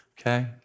okay